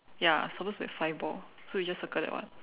ya supposed to have five ball so you just circle that one